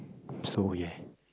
so ya